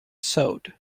sewed